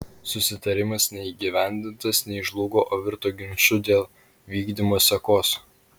susitarimas nei įgyvendintas nei žlugo o virto ginču dėl vykdymo sekos